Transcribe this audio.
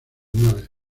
naves